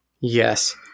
Yes